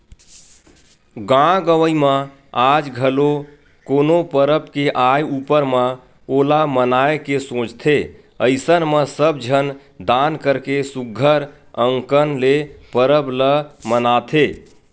गाँव गंवई म आज घलो कोनो परब के आय ऊपर म ओला मनाए के सोचथे अइसन म सब झन दान करके सुग्घर अंकन ले परब ल मनाथे